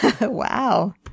Wow